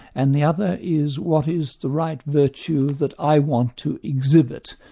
and the other is what is the right virtue that i want to exhibit,